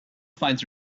finds